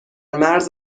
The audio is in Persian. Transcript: مرز